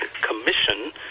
Commission